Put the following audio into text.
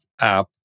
app